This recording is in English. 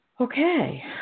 Okay